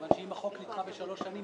מכיוון שאם החוק נדחה בשלוש שנים,